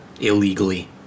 illegally